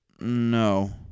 No